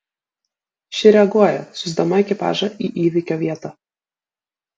ši reaguoja siųsdama ekipažą į įvykio vietą